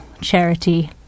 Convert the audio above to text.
charity